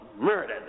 murdered